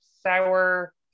sour